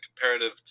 comparative